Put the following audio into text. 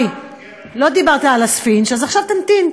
לא דיברת על הספינג', אז עכשיו תמתין.